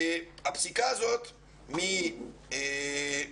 הפסיקה הזאת היא ממרץ 2020,